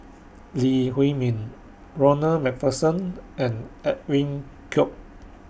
Lee Huei Min Ronald MacPherson and Edwin Koek